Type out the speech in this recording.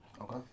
Okay